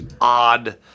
odd